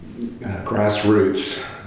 grassroots